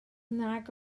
nag